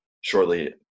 shortly –